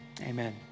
amen